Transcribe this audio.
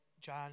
John